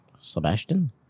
Sebastian